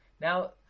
Now